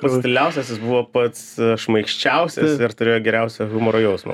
pats tyliausias jis buvo pats šmaikščiausias ir turėjo geriausią humoro jausmą